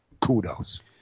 kudos